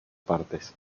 partes